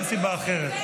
אין סיבה אחרת.